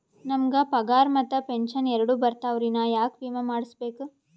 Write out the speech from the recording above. ನಮ್ ಗ ಪಗಾರ ಮತ್ತ ಪೆಂಶನ್ ಎರಡೂ ಬರ್ತಾವರಿ, ನಾ ಯಾಕ ವಿಮಾ ಮಾಡಸ್ಬೇಕ?